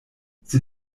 sie